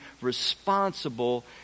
responsible